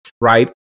right